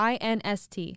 INST